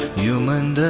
human